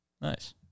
Nice